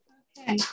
okay